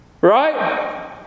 Right